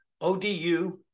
ODU